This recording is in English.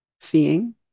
seeing